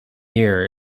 year